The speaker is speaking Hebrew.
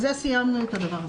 בזה סיימנו.